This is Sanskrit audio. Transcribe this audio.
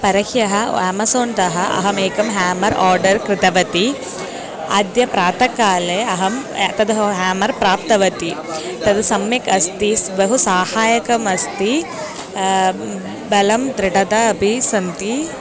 परह्यः आमेज़ोन्तः अहमेकं हेमर् आर्डर् कृतवती अद्य प्रातःकाले अहं तद् हेमर् प्राप्तवती तद् सम्यक् अस्ति बहु साहाय्यकम् अस्ति बलं दृढता अपि सन्ति